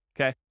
okay